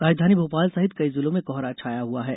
राजधानी भोपाल सहित कई जिलों में कोहरा छाया हुआ है